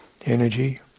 energy